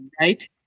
right